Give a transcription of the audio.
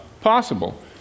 possible